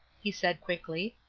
he said, quickly.